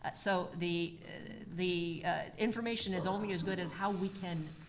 so the the information is only as good as how we can,